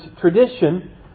tradition